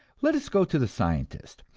let us go to the scientist.